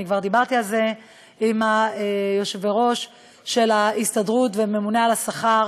אני כבר דיברתי על זה עם יושבי-ראש ההסתדרות והממונה על השכר